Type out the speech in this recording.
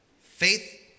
Faith